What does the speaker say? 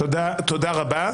תודה רבה.